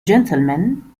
gentlemen